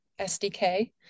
SDK